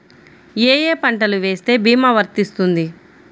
ఏ ఏ పంటలు వేస్తే భీమా వర్తిస్తుంది?